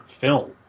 film